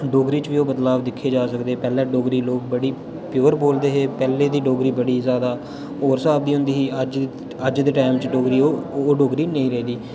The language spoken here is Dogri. डोगरी च बी ओह् बदलाव दिक्खे जा सकदे पैह्लें डोगरी लोक बड़ी प्योर बोलदे हे पैह्लें दी डोगरी बड़ी जादा होर स्हाब दी होंदी ही अज्ज अज्ज दे टैम च डोगरी ओह् डोगरी नेईं रेही दी